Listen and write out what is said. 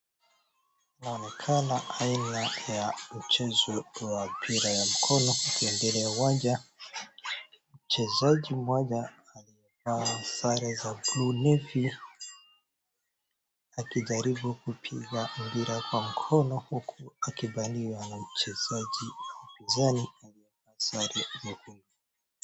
Inaonekana aina ya mchezo wa mpira ya mkono ukiendelea uwanja. Mchezaji mmoja aliyevaa sare za blue navy, akijaribu kupiga mpira kwa mkono huku akibaliwa na mchezaji jani na.